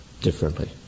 differently